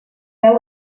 veu